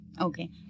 Okay